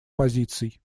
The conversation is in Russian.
позиций